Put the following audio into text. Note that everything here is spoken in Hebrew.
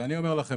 ואני אומר לכם,